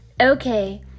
Okay